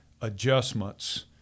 adjustments